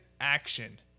action